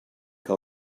que